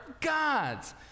God's